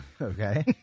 Okay